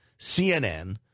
CNN